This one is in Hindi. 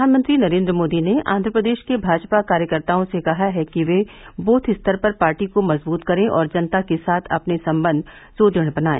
प्रधानमंत्री नरेन्द्र मोदी ने आंध्रप्रदेश के भाजपा कार्यकर्ताओं से कहा है कि वे बूथ स्तर पर पार्टी को मजबूत करें और जनता के साथ अपने संबंध सुदृढ़ बनाए